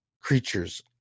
creatures